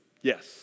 Yes